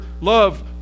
love